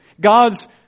God's